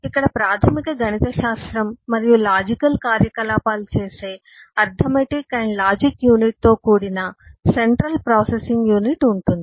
ఇక్కడ ప్రాథమిక గణితశాస్త్రం మరియు లాజికల్ కార్యకలాపాలు చేసే అర్థమెటిక్ అండ్ లాజిక్ యూనిట్తో కూడిన సెంట్రల్ ప్రాసెసింగ్ యూనిట్ ఉంటుంది